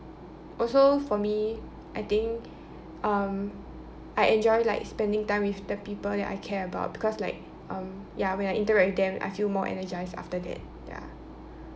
also for me I think um I enjoy like spending time with the people that I care about because like um ya when I interact with them I feel more energised after that ya